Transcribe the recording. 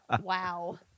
wow